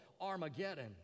Armageddon